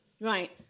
Right